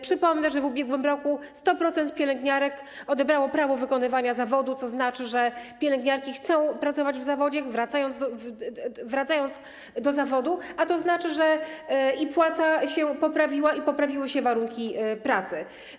Przypomnę, że w ubiegłym roku 100% pielęgniarek odebrało prawo wykonywania zawodu, co oznacza, że pielęgniarki chcą pracować w zawodzie, wracają do zawodu, a to znaczy, że i płaca się poprawiła, i poprawiły się warunki pracy.